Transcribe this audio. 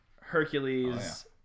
Hercules